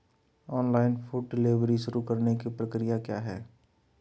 Online food delivery शुरू करने की प्रक्रिया क्या है?